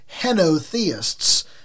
henotheists